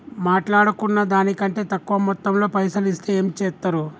మాట్లాడుకున్న దాని కంటే తక్కువ మొత్తంలో పైసలు ఇస్తే ఏం చేత్తరు?